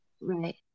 Right